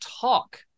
talk